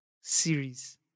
series